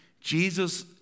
Jesus